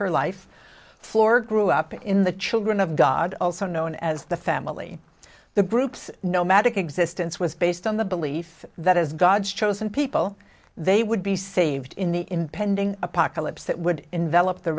her life for grew up in the children of god also known as the family the group's nomadic existence was based on the belief that as god's chosen people they would be saved in the impending apocalypse that would env